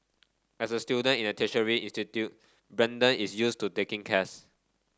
as a student in a tertiary institute Brandon is used to taking